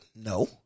No